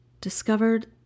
discovered